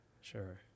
Sure